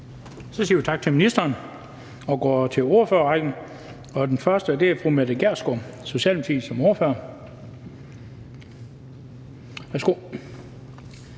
Så siger vi tak til ministeren og går til ordførerrækken. Den første er fru Mette Gjerskov, Socialdemokratiet, som ordfører.